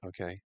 okay